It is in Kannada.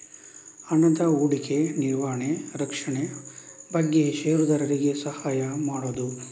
ಹಣದ ಹೂಡಿಕೆ, ನಿರ್ವಹಣೆ, ರಕ್ಷಣೆ ಬಗ್ಗೆ ಷೇರುದಾರರಿಗೆ ಸಹಾಯ ಮಾಡುದು